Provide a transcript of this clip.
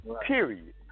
Period